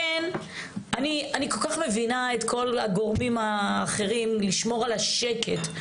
אני כל כך מבינה את כל הגורמים האחרים שרוצים לשמור על השקט,